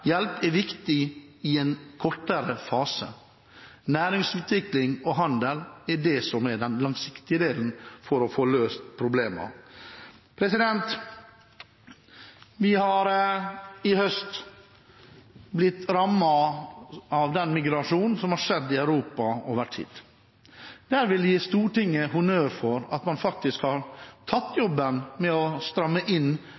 hjelp er viktig i en kortere fase. Næringsutvikling og handel er det som er den langsiktige delen for å få løst problemene. Vi har i høst blitt rammet av migrasjonen som har skjedd i Europa over tid. Der vil jeg gi Stortinget honnør for at man faktisk har tatt jobben med å stramme inn